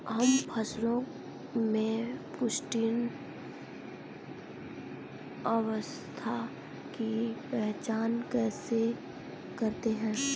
हम फसलों में पुष्पन अवस्था की पहचान कैसे करते हैं?